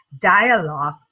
dialogue